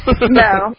No